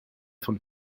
von